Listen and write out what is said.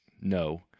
no